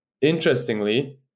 Interestingly